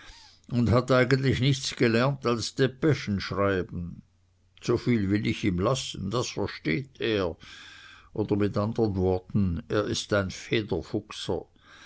und hat eigentlich nichts gelernt als depeschen schreiben soviel will ich ihm lassen das versteht er oder mit andern worten er ist ein